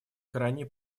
крайне